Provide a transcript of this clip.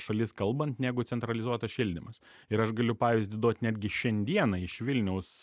šalis kalbant negu centralizuotas šildymas ir aš galiu pavyzdį duot netgi šiandieną iš vilniaus